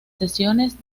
sesiones